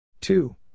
two